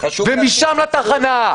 ומשם לתחנה.